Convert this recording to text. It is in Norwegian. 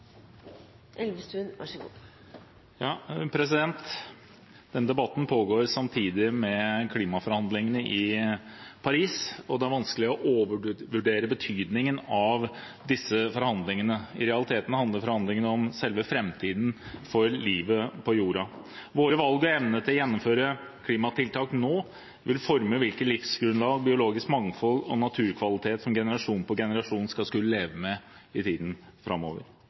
vanskelig å overvurdere betydningen av disse forhandlingene. I realiteten handler forhandlingene om selve framtiden for livet på jorden. Våre valg og vår evne til å gjennomføre klimatiltak nå vil forme hvilket livsgrunnlag, hvilket biologisk mangfold og hvilken naturkvalitet som generasjon etter generasjon skal leve med i tiden framover.